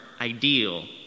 ideal